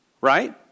right